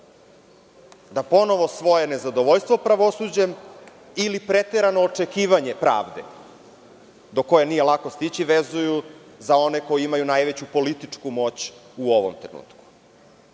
da ponovo svoje nezadovoljstvo pravosuđem ili preterano očekivanje pravde, do koje nije lako stići, vezuju za one koji imaju najveću političku moć u ovom trenutku. Moram